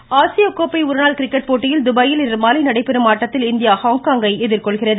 cricket ஆசியகோப்பை ஒருநாள் cricket போட்டியில் துபாயில் இன்றுமாலை நடைபெறும் ஆட்டத்தில் இந்தியா ஹாங்காங்கை எதிர்கொள்கிறது